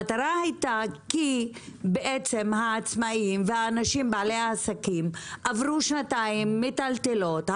המטרה הייתה כי העצמאים והאנשים בעלי העסקים עברו שנתיים מטלטלות,